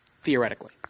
theoretically